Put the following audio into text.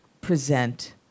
present